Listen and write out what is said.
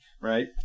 right